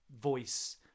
voice